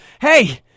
Hey